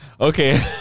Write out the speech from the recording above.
Okay